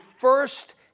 first